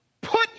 put